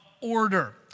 order